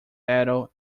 battle